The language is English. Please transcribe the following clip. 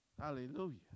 Hallelujah